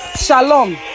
shalom